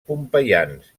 pompeians